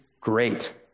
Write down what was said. great